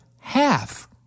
half